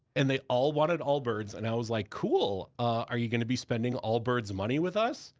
and they all wanted allbirds. and i was like, cool. are you gonna be spending allbirds money with us?